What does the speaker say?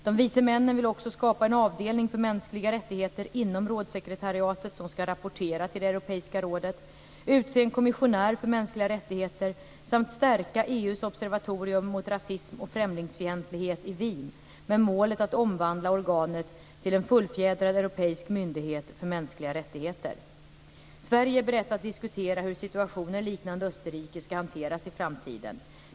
"De vise männen" vill också skapa en avdelning för mänskliga rättigheter inom rådssekretariatet som ska rapportera till Europeiska rådet, utse en kommissionär för mänskliga rättigheter samt stärka EU:s observatorium mot rasism och främlingsfientlighet i Wien med målet att omvandla organet till en fullfjädrad europeisk myndighet för mänskliga rättigheter. Sverige är berett att diskutera hur situationer liknande Österrikes ska hanteras i framtiden.